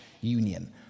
union